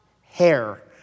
hair